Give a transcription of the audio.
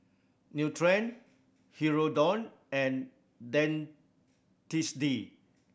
Nutren Hirudoid and Dentiste